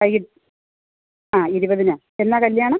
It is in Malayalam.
വൈകീട്ട് ആ ഇരുപതിന് എന്നാണ് കല്ല്യാണം